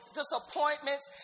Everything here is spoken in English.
disappointments